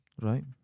Right